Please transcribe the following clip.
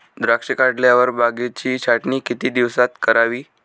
द्राक्षे काढल्यावर बागेची छाटणी किती दिवसात करावी?